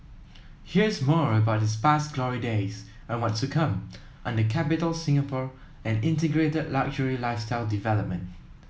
here's more about its past glory days and what's to come under Capitol Singapore an integrated luxury lifestyle development